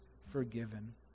forgiven